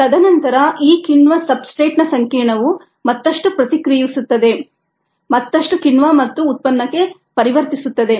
ತದನಂತರ ಈ ಕಿಣ್ವ ಸಬ್ಸ್ಟ್ರೇಟ್ನ ಸಂಕೀರ್ಣವು ಮತ್ತಷ್ಟು ಪ್ರತಿಕ್ರಿಯಿಸುತ್ತದೆ ಮತ್ತಷ್ಟು ಕಿಣ್ವ ಮತ್ತು ಉತ್ಪನ್ನಕ್ಕೆ ಪರಿವರ್ತಿಸುತ್ತದೆ